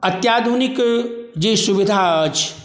अत्याधुनिक जे सुविधा अछि